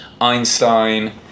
Einstein